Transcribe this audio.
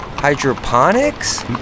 Hydroponics